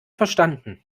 verstanden